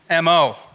MO